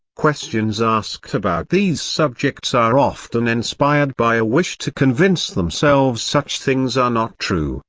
questions asked about these subjects are often inspired by a wish to convince themselves such things are not true,